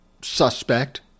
suspect